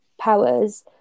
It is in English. powers